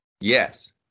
Yes